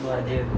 no I didn't